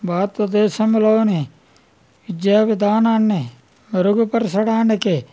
భారతదేశంలోని విద్యా విధానాన్ని మెరుగుపరచడానికి